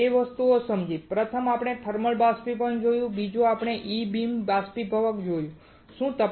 આપણે 2 વસ્તુઓ સમજી પ્રથમ આપણે થર્મલ બાષ્પીભવન જોયું છે અને બીજું આપણે E બીમ બાષ્પીભવક જોયું છે